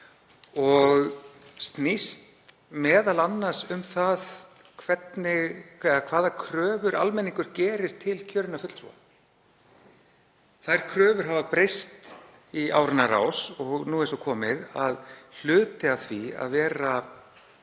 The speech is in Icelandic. og snýst m.a. um það hvaða kröfur almenningur gerir til kjörinna fulltrúa. Þær kröfur hafa breyst í áranna rás og nú er svo komið að hluti af því að vera